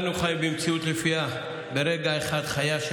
אנו חיים במציאות שלפיה ברגע אחד חייה של